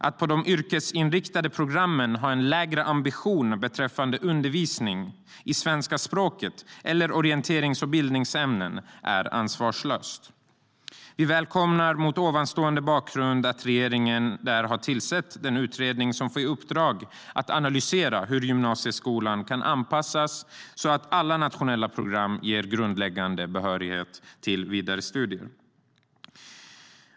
Att på de yrkesinriktade programmen ha en lägre ambition beträffande undervisning i svenska språket eller orienterings och bildningsämnen är ansvarslöst. Vi välkomnar mot denna bakgrund att regeringen nu har tillsatt en utredning med uppdraget att analysera hur gymnasieskolan kan anpassas så att alla nationella program ger grundläggande behörighet till vidare studier.